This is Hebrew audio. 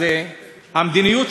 המדיניות של הממשלה,